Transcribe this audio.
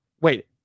Wait